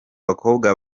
bakobwa